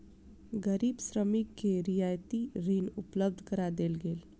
गरीब श्रमिक के रियायती ऋण उपलब्ध करा देल गेल